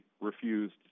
refused